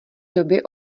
doby